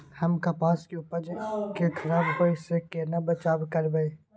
हम कपास के उपज के खराब होय से केना बचाव करबै?